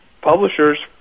publishers